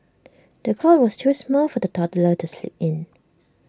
the cot was too small for the toddler to sleep in